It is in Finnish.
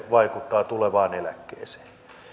vaikuttaa tulevaan eläkkeeseen